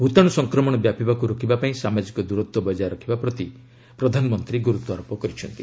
ଭୂତାଣୁ ସଂକ୍ରମଣ ବ୍ୟାପିବାକୁ ରୋକିବା ପାଇଁ ସାମାଜିକ ଦୂରତ୍ୱ ବକାୟ ରଖିବା ପ୍ରତି ପ୍ରଧାନମନ୍ତ୍ରୀ ଗ୍ରର୍ତ୍ୱାରୋପ କରିଛନ୍ତି